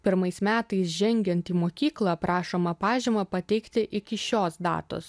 pirmais metais žengiant į mokyklą prašoma pažymą pateikti iki šios datos